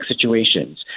situations